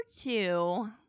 two